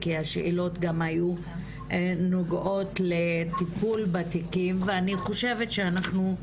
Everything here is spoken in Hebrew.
כי השאלות גם היו נוגעות לטיפול בתיקים ואני חושבת שאנחנו,